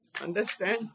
Understand